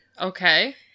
Okay